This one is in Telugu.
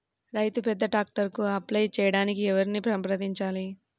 రైతు పెద్ద ట్రాక్టర్కు అప్లై చేయడానికి ఎవరిని సంప్రదించాలి?